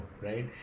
right